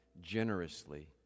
generously